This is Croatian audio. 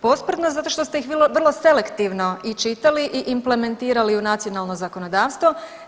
Posprdno zato što ste ih vrlo selektivno i čitali i implementirali u nacionalno zakonodavstvo.